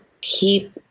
keep